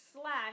Slash